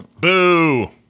Boo